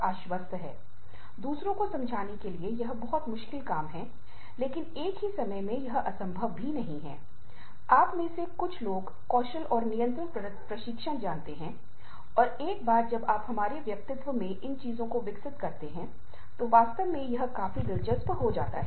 और यदि आप दोनों के लिए समान गुणवत्ता का समय नहीं रखते हैं तो व्यक्तिगत या घरेलू जीवन के साथ साथ सामुदायिक जीवन में भी गिरावट होगी